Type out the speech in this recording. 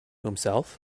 himself